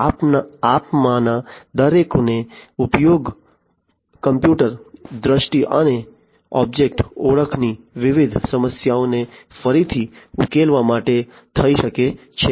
આમાંના દરેકનો ઉપયોગ કોમ્પ્યુટર દ્રષ્ટિ અને ઑબ્જેક્ટ ઓળખની વિવિધ સમસ્યાઓને ફરીથી ઉકેલવા માટે થઈ શકે છે